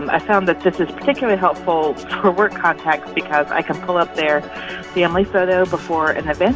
um i found that this is particularly helpful for work contacts because i can pull up their family photo before an event,